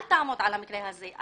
אל תעמוד על המקרה הזה.